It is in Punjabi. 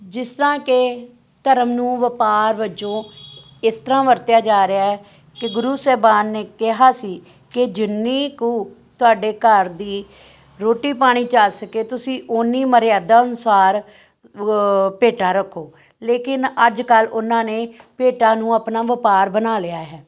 ਜਿਸ ਤਰ੍ਹਾਂ ਕਿ ਧਰਮ ਨੂੰ ਵਪਾਰ ਵਜੋਂ ਇਸ ਤਰ੍ਹਾਂ ਵਰਤਿਆ ਜਾ ਰਿਹਾ ਕਿ ਗੁਰੂ ਸਾਹਿਬਾਨ ਨੇ ਕਿਹਾ ਸੀ ਕਿ ਜਿੰਨੀ ਕੁ ਤੁਹਾਡੇ ਘਰ ਦੀ ਰੋਟੀ ਪਾਣੀ 'ਚ ਆ ਸਕੇ ਤੁਸੀਂ ਉਨੀ ਮਰਿਆਦਾ ਅਨੁਸਾਰ ਵ ਭੇਟਾਂ ਰੱਖੋ ਲੇਕਿਨ ਅੱਜ ਕੱਲ੍ਹ ਉਹਨਾਂ ਨੇ ਭੇਟਾਂ ਨੂੰ ਆਪਣਾ ਵਪਾਰ ਬਣਾ ਲਿਆ ਹੈ